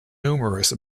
numerous